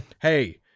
Hey